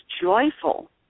joyful